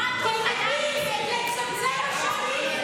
31 נורבגים אתם הבאתם.